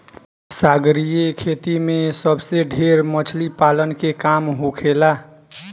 सागरीय खेती में सबसे ढेर मछली पालन के काम होखेला